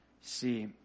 See